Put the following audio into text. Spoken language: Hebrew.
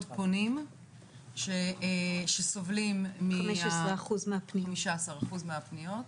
פונים שסובלים --- 15% מהפניות.